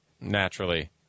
naturally